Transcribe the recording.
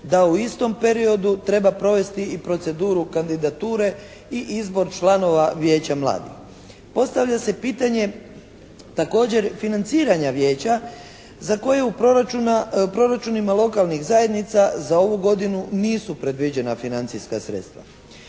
da u istom periodu treba provesti i proceduru kandidature i izbor članova vijeća mladih. Postavlja se pitanje također financiranja vijeća za koje u proračunima lokalnih zajednica za ovu godinu nisu predviđena financijska sredstva.